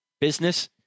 business